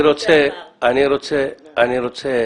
אני רוצה